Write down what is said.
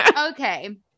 okay